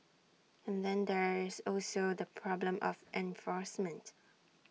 and then there is also the problem of enforcement